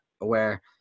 aware